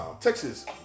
Texas